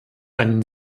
ein